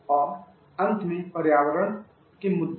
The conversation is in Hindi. और अंत में पर्यावरण के मुद्दे